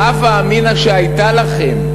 בהווה אמינא שהייתה לכם,